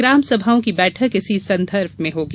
ग्रामसभाओं की बैठक इसी संदर्भ में होगी